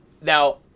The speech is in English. now